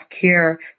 care